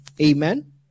Amen